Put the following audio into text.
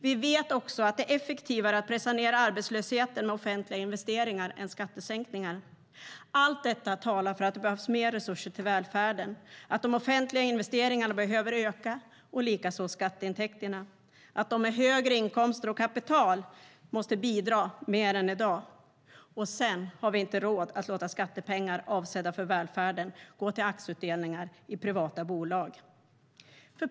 Vi vet också att det är effektivare att pressa ned arbetslösheten med offentliga investeringar än med skattesänkningar. Allt detta talar för att det behövs mer resurser till välfärden, att de offentliga investeringarna behöver öka och likaså skatteintäkterna och att de med högre inkomster och kapital måste bidra mer än i dag. Vi har inte råd att låta skattepengar avsedda för välfärden gå till aktieutdelningar i privata bolag.